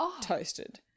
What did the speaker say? toasted